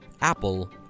apple